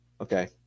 Okay